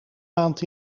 maand